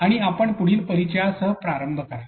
आणि आपण पुढील परिचयासह प्रारंभ करा